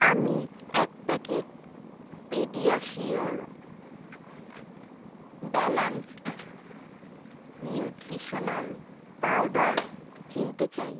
আমি এক packet PediaSure balanced nutritional powder কিনতে চাই